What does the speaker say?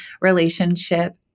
relationship